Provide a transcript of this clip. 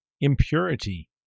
impurity